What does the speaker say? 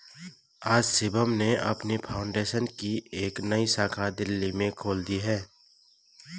आज शिवम ने अपनी फाउंडेशन की एक नई शाखा दिल्ली में खोल दी है